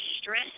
stress